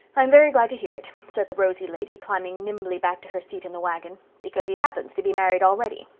i'm very glad to hear it, said the rosy lady, climbing nimbly back to her seat in the wagon, because he happens to be married already.